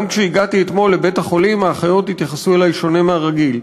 גם כשהגעתי אתמול לבית-החולים האחיות התייחסו אלי שונה מהרגיל: